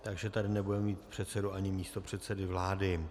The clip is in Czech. Takže tady nebudeme mít předsedu ani místopředsedy vlády.